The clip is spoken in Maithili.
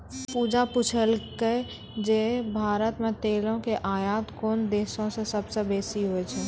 पूजा पुछलकै जे भारत मे तेलो के आयात कोन देशो से सभ्भे से बेसी होय छै?